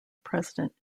president